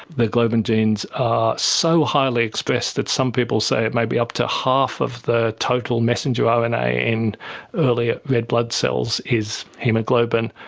the globin genes are so highly expressed that some people say it may be up to half of the total messenger ah and rna in early red blood cells is haemoglobin.